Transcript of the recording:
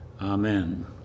amen